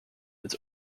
its